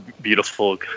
beautiful